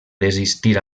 desistir